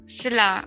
sila